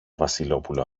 βασιλόπουλο